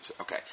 Okay